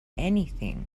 anything